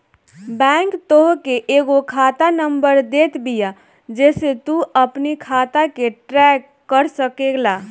bank तोहके एगो खाता नंबर देत बिया जेसे तू अपनी खाता के ट्रैक कर सकेला